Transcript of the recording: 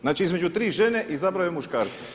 Znači između 3 žene izabrao je muškarca.